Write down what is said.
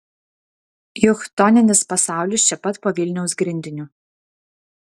juk chtoninis pasaulis čia pat po vilniaus grindiniu